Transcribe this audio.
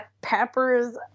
peppers